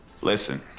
listen